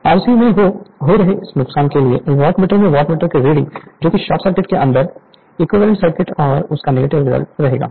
Rc में हो रहे इस नुकसान के लिए वाॅटमीटर में वॉटमीटर की रीडिंग जो कि शॉर्ट सर्किट के अंदर इक्विवेलेंट सर्किट है उसको नेगलेक्ट करेंगे